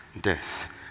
death